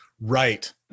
Right